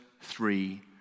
three